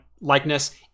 likeness